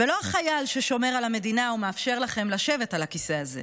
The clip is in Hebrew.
ולא החייל ששומר על המדינה ומאפשר לכם לשבת על הכיסא הזה.